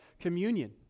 communion